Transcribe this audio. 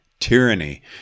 Tyranny